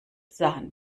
sahen